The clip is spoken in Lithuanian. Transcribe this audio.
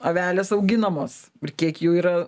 avelės auginamos ir kiek jų yra